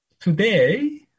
Today